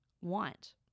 want